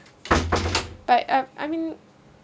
ya but uh I mean